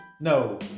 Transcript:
No